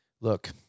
Look